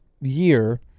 year